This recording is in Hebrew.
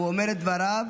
הוא אומר את דבריו,